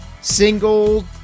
single